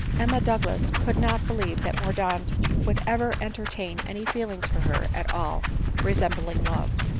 emma douglas could not believe that mordaunt would ever en tertain any feeling for her at all resembling love,